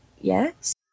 yes